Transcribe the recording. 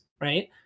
Right